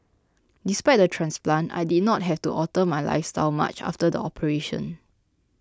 despite the transplant I did not have to alter my lifestyle much after the operation